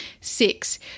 Six